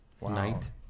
night